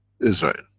israel.